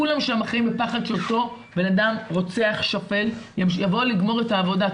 כולם שם חיים בפחד שאותו אדם רוצח שפל יבוא לגמור את העבודה.